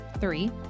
Three